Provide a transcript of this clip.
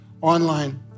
online